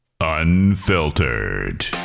unfiltered